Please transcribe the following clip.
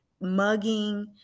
mugging